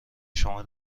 شما